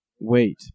Wait